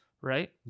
Right